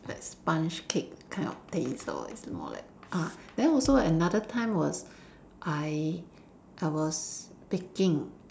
like sponge cake that kind of taste lor it's more like ah then also another time was I I was baking